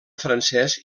francès